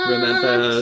Remember